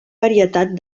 varietat